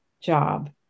job